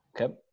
Okay